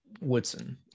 Woodson